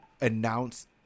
announce